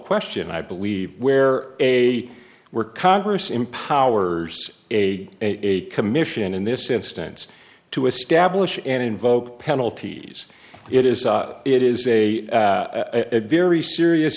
question i believe where a were congress empowers a commission in this instance to establish and invoke penalties it is it is a very serious